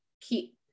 keep